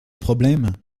problèmes